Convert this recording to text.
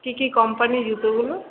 কী কী কোম্পানি জুতোগুলো